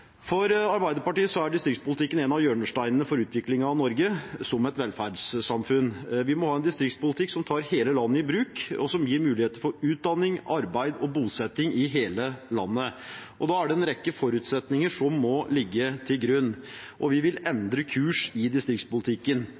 For Arbeiderpartiet er distriktspolitikken en av hjørnesteinene for utviklingen av Norge som et velferdssamfunn. Vi må ha en distriktspolitikk som tar hele landet i bruk, og som gir muligheter for utdanning, arbeid og bosetting i hele landet. Da er det en rekke forutsetninger som må ligge til grunn, og vi vil endre kurs i distriktspolitikken.